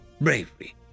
Bravery